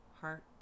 heart